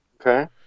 okay